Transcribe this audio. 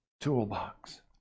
toolbox